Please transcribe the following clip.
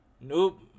Nope